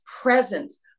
presence